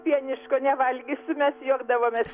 pieniško nevalgysiu mes juokdavomės kad virgučiui